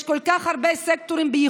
יש כל כך הרבה סקטורים שצמאים לכסף הזה,